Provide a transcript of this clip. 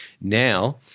Now